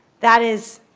that is,